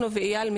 אנחנו ואיל,